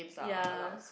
ya